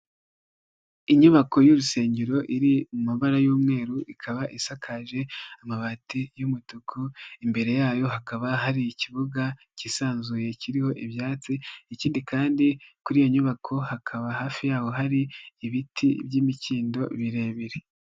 Inyubako y'urusengero iri mu mabara y'umweru, ikaba isakaje amabati y'umutuku, imbere yayo hakaba hari ikibuga cyisanzuye kiriho ibyatsi, ikindi kandi kuri iyo nyubako hakaba hafi yaho hari ibiti by'imikindo birebire.